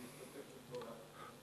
להסתפק בתשובתי.